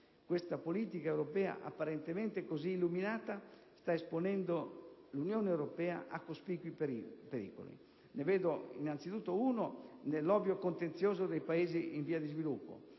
Questa politica europea, apparentemente così illuminata, sta esponendo l'Unione europea a cospicui pericoli. Ne vedo innanzitutto uno nell'ovvio contenzioso con i Paesi in via di sviluppo,